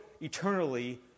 eternally